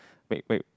may quit